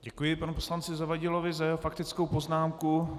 Děkuji panu poslanci Zavadilovi za jeho faktickou poznámku.